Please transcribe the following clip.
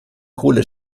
kohle